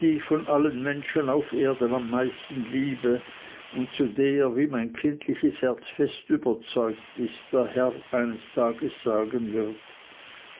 die ich von allen menschen auf erden am meisten liebe und zu der wie mein kindliches herz fest überzeugt ist der herr eines tages sagen wird